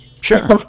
Sure